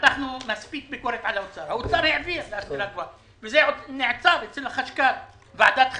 מתחנו מספיק ביקורת על האוצר אך זה נעצר אצל החשכ"ל בוועדת חריגים.